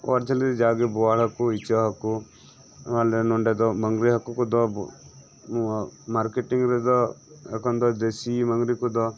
ᱚᱨ ᱡᱷᱟᱹᱞᱤ ᱡᱟᱜᱮ ᱵᱚᱣᱟᱲᱦᱟᱠᱩ ᱤᱪᱟᱹᱜ ᱦᱟᱹᱠᱩᱟᱞᱮ ᱱᱚᱸᱰᱮ ᱫᱚ ᱢᱟᱹᱝᱜᱨᱤ ᱦᱟᱹᱠᱩ ᱠᱚᱫᱚ ᱱᱚᱣᱟ ᱢᱟᱨᱠᱮᱴᱤᱝ ᱨᱮᱫᱚ ᱮᱠᱷᱚᱱ ᱫᱚ ᱫᱮᱥᱤ ᱢᱟᱹᱝᱜᱨᱤ ᱠᱚᱫᱚ